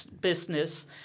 business